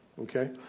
okay